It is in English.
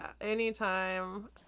anytime